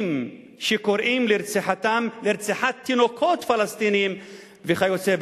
שקוראים לרציחת תינוקות פלסטינים וכיוצא בזה?